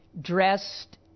dressed